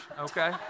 Okay